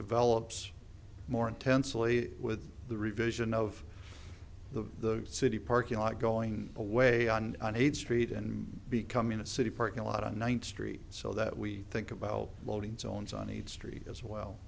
develops more intensely with the revision of the city parking lot going away on an eighth street and becoming a city parking lot on one three so that we think about loading zones on each street as well